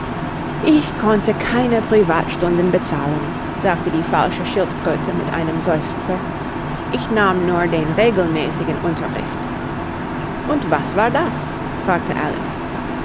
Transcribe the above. ich konnte keine privatstunden bezahlen sagte die falsche schildkröte mit einem seufzer ich nahm nur den regelmäßigen unterricht und was war das fragte alice